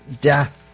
death